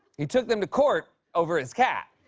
he took them to court over his cat.